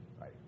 Right